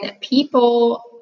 people